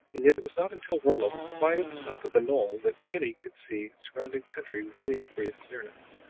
and yet it was not until rolla was quite at the top of the knoll that kinney could see surrounding country with any degree of clearness.